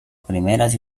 primeras